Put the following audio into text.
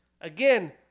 Again